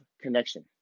connection